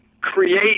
create